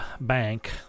bank